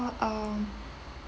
uh